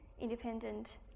independent